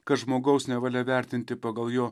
kad žmogaus nevalia vertinti pagal jo